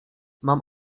mam